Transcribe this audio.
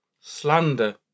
slander